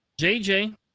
JJ